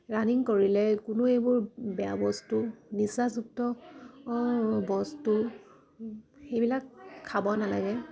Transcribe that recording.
running কৰিলে কোনো এইবোৰ বেয়া বস্তু নিচাযুক্ত বস্তু সেইবিলাক খাব নালাগে